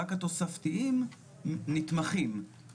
רק התוספתיים נתמכים.